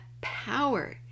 power